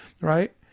right